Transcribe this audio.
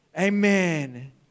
Amen